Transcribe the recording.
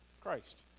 Christ